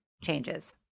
changes